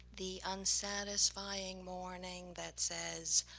the unsatisfying morning that says,